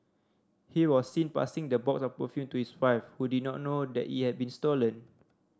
he was seen passing the box of perfume to his wife who did not know that it had been stolen